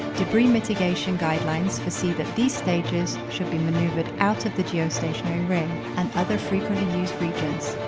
debris mitigation guidelines foresee that these stages should be maneouvered out of the geostationary ring and other frequently used regions.